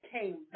came